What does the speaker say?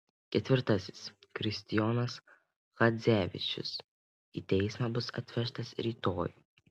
ketvirtasis kristijonas chadzevičius į teismą bus atvežtas rytoj